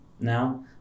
now